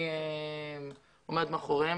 אני אעמוד מאחוריו,